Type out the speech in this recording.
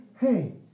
hey